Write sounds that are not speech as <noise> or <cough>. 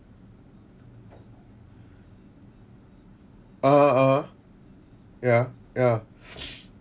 (uh huh) (uh huh) ya ya <breath>